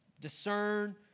discern